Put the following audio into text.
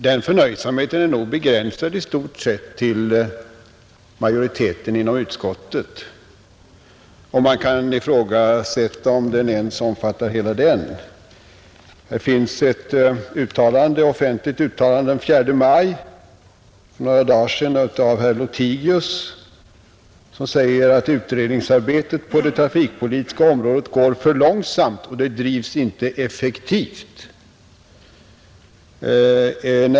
Den förnöjsamheten är nog i stort sett begränsad till majoriteten inom utskottet, och man kan ifrågasätta om den ens omfattar hela denna. I ett offentligt uttalande den 4 maj, för några dagar sedan, sade herr Lothigius att utredningsarbetet på det trafikpolitiska området går för långsamt och inte bedrivs effektivt.